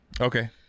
Okay